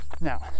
Now